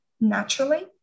naturally